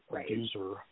abuser